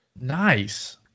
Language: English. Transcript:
nice